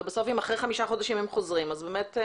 ובסוף אם אחרי חמישה חודשים הם חוזרים אז באמת.